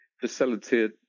facilitate